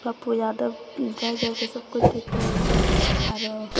पप्पू यादव जाइ जाइके सब किछु ठीक करेलकै आरो